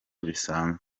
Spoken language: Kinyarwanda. bisanzwe